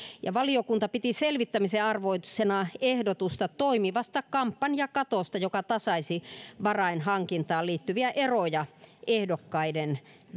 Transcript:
valiokunta piti selvittämisen arvoisena ehdotusta toimivasta kampanjakatosta joka tasaisi varainhankintaan liittyviä eroja ehdokkaiden